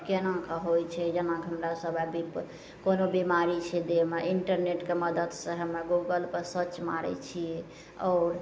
कोनाके होइ छै जेनाकि हमरासभ अभी कोनो बीमारी छै देहमे इन्टरनेटके मदतिसे हमे गूगलपर सर्च मारै छिए आओर